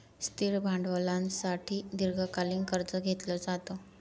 स्थिर भांडवलासाठी दीर्घकालीन कर्ज घेतलं जातं